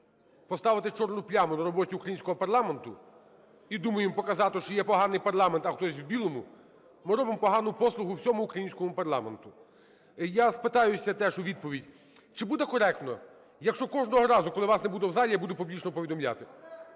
поставити чорну пляму на роботі українського парламенту і думаємо показати, що є поганий парламент, а хтось в білому, ми робимо погану послугу всьому українському парламенту. Я спитаюся, теж у відповідь, чи буде коректно, якщо кожного разу, коли вас не буде в залі, я буду публічно повідомляти?